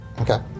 Okay